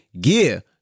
gear